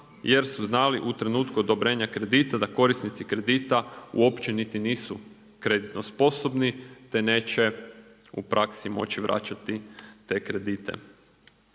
jer su znali u trenutku odobrenja kredita da korisnici kredita uopće niti nisu kreditno sposobni te neće u praksi moći vratiti te kredite.